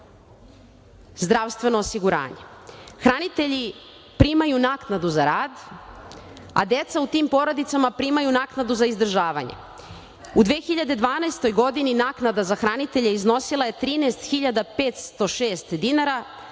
zdravstveno osiguranje. Hranitelji primaju naknadu za rad, a deca u tim porodicama primaju naknadu za izdržavanje.U 2012. godini naknada za hranitelje iznosila je 13.506 dinara,